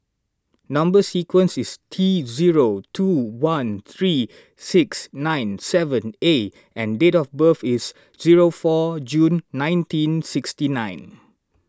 Number Sequence is T zero two one three six nine seven A and date of birth is zero four June nineteen sixty nine